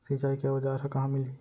सिंचाई के औज़ार हा कहाँ मिलही?